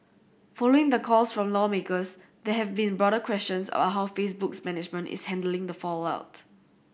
following the calls from lawmakers there have been broader questions about how Facebook's management is handling the fallout